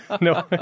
no